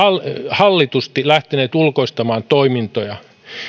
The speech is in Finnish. hallitusti lähteneet ulkoistamaan toimintoja